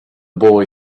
boy